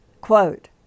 Quote